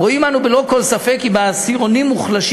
"רואים אנו בלא כל ספק כי בעשירונים מוחלשים